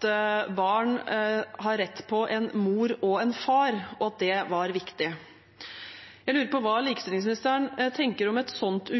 barn har rett til en mor og en far, og at det var viktig. Jeg lurer på hva likestillingsministeren tenker om et slikt